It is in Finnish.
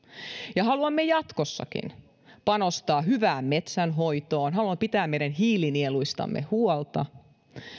haluamme jatkossakin panostaa hyvään metsänhoitoon haluamme pitää meidän hiilinieluistamme huolta